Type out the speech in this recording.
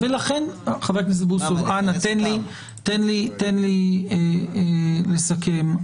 אנא, תן לי לסכם.